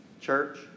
Church